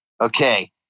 Okay